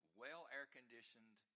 well-air-conditioned